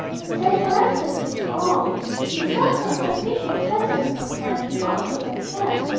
and then collectively to all he had not sufficient presence of mind to offer them chairs,